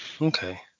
okay